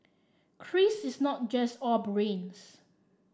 Chris is not just all brains